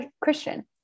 Christian